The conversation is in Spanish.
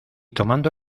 tomando